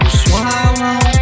swallow